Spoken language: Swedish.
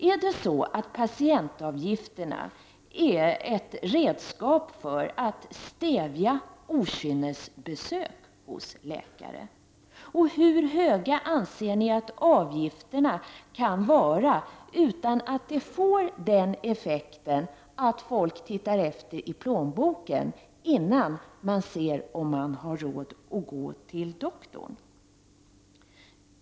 Är patientavgifterna ett redskap för att stävja okynnesbesök hos läkare? Hur höga anser socialdemokraterna att avgifterna kan vara utan att de får effekten att folk tittar efter i plånboken för att se om de har råd innan de går till doktorn?